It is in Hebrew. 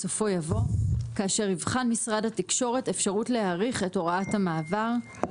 בסופו יבוא 'כאשר יבחן משרד התקשורת אפשרות להאריך את הוראות המעבר,